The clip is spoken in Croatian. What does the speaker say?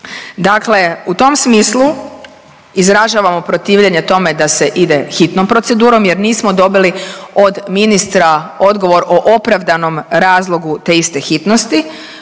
Dakle, u tom smislu izražavamo protivljenje tome da se ide hitnom procedurom jer nismo dobili od ministra odgovor o opravdanom razlogu te iste hitnosti.